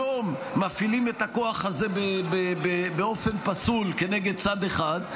היום מפעילים את הכוח הזה באופן פסול כנגד צד אחד,